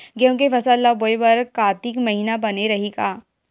गेहूं के फसल ल बोय बर कातिक महिना बने रहि का?